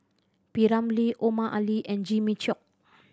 P Ramlee Omar Ali and Jimmy Chok